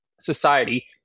society